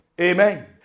Amen